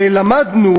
ולמדנו